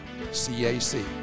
CAC